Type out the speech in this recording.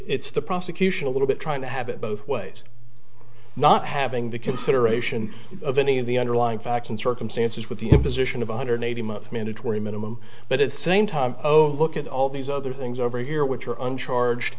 it's the prosecution a little bit trying to have it both ways not having the consideration of any of the underlying facts and circumstances with the imposition of one hundred eighty month mandatory minimum but at same time oh look at all these other things over here which are un charged